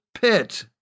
pit